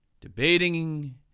debating